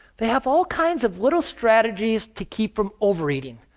they have all kinds of little strategies to keep from overeating,